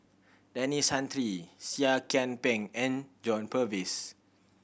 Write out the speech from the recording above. Denis Santry Seah Kian Peng and John Purvis